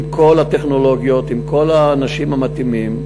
עם כל הטכנולוגיות, עם כל האנשים המתאימים.